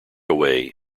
away